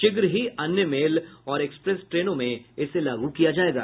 शीघ्र ही अन्य मेल और एक्सप्रेस ट्रेनों में इसे लागू किया जायेगा